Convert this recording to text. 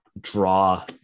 draw